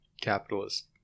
capitalist